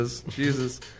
Jesus